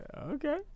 Okay